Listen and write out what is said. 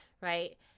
right